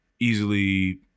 easily